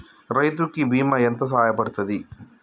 రైతు కి బీమా ఎంత సాయపడ్తది?